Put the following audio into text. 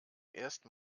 ersten